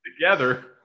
together